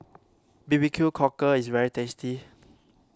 B B Q Cockle is very tasty